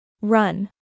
Run